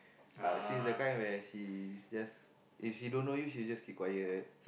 uh since the time when I sees if she don't know you she just keep quiet